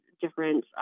different